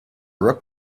rock